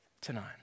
tonight